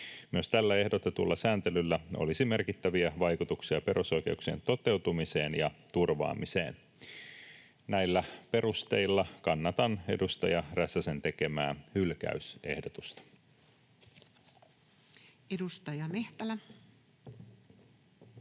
Myös tällä ehdotetulla sääntelyllä olisi merkittäviä vaikutuksia perusoikeuksien toteutumiseen ja turvaamiseen. Näillä perusteilla kannatan edustaja Räsäsen tekemää hylkäysehdotusta. [Speech